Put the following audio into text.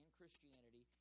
christianity